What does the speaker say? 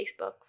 Facebook